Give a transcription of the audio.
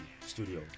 Studio